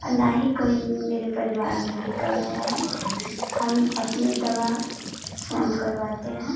और न ही कोई मेरे परिवार में भी करवाया है हम अपनी दवा स्वयं करवाते हैं